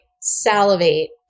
salivate